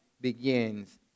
begins